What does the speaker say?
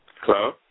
Hello